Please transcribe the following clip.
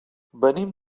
venim